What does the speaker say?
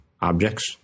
objects